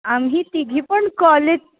आम्ही तिघी पण कॉलेज